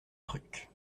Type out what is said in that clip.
truc